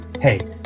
Hey